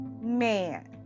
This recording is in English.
Man